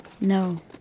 No